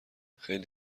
خیلی